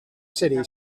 city